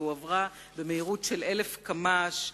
והועברה במהירות של אלף קמ"ש,